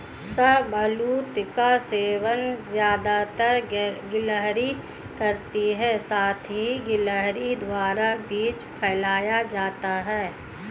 शाहबलूत का सेवन ज़्यादातर गिलहरी करती है साथ ही गिलहरी द्वारा बीज फैलाया जाता है